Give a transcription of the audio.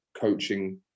coaching